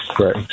right